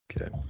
Okay